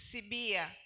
Sibia